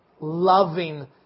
loving